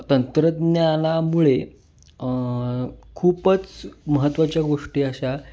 तंत्रज्ञानामुळे खूपच महत्त्वाच्या गोष्टी अशा